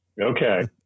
Okay